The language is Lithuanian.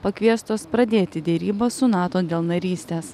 pakviestos pradėti derybas su nato dėl narystės